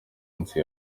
minsi